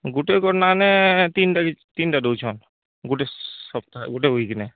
ଗୁଟେ କର ନାହେଲେ ତିନି ଟା ତିନି ଟା ଦଉଛନ ଗୁଟେ ସପ୍ତାହ ଗୁଟେ ଉଇକି ନେ